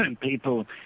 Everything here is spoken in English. people